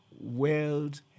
world